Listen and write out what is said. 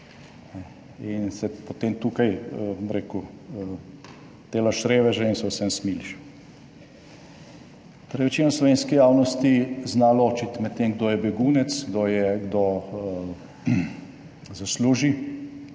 in se potem tukaj, bom rekel, delaš reveže in se vsem smiliš. Torej, večina slovenske javnosti zna ločiti med tem kdo je begunec, kdo zasluži